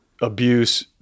abuse